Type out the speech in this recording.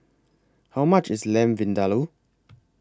How much IS Lamb Vindaloo